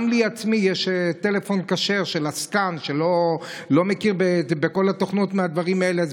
גם לי עצמי יש טלפון כשר של עסקן שלא מכיר בכל התוכנות והדברים האלה.